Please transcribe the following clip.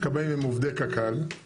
הכבאים הם עובדי קק"ל, מוכשרים,